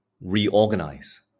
reorganize